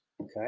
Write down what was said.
Okay